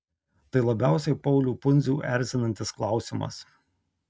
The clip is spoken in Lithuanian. tai labiausiai paulių pundzių erzinantis klausimas